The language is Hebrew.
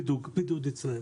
לקחתם